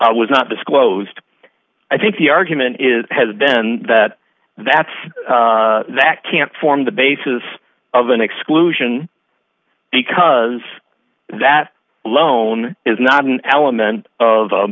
flowery was not disclosed i think the argument is has been that that's that can't form the basis of an exclusion because that loan is not an element of